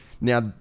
Now